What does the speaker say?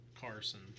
Carson